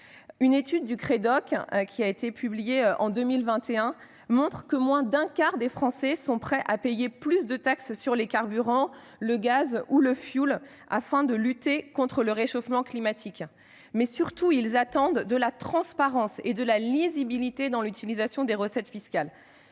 des conditions de vie, publiée cette année, moins d'un quart des Français sont prêts à payer plus de taxes sur les carburants, le gaz ou le fioul afin de lutter contre le réchauffement climatique. Les Français attendent surtout de la transparence et de la lisibilité dans l'utilisation des recettes fiscales.